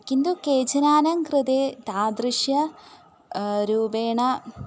किन्तु केचनानां कृते तादृशं रूपेण